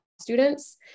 students